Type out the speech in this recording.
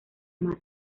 marca